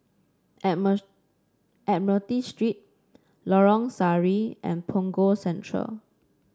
Admiralty Street Lorong Sari and Punggol Central